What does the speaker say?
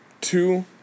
two